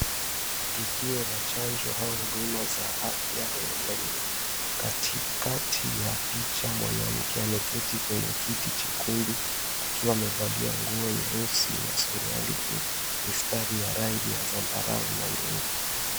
Tukio la chanjo au huduma za afya ya jamii. Katikati ya picha mwanamke ameketi kwenye kiti chekundu akiwa amevalia nguo nyeusi na suruali yenye mistari ya rangi ya zambarau na nyeupe.